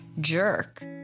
jerk